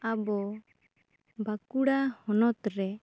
ᱟᱵᱚ ᱵᱟᱸᱠᱩᱲᱟ ᱦᱚᱱᱚᱛ ᱨᱮ